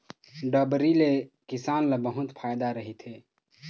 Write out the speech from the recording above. डबरी ले किसान ल बहुत फायदा रहिथे